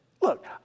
Look